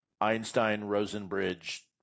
Einstein-Rosenbridge